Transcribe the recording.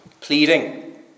pleading